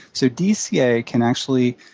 so dca can actually